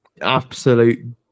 absolute